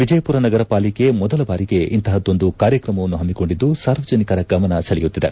ವಿಜಯಪುರ ನಗರ ಪಾಲಿಕೆ ಮೊದಲ ಬಾರಿಗೆ ಇಂತಪದ್ದೊಂದು ಕಾರ್ಯಕ್ರಮವನ್ನು ಪಮ್ಮಿಕೊಂಡಿದ್ದು ಸಾರ್ವಜನಿಕರ ಗಮನ ಸೆಳೆಯುತ್ತಿದೆ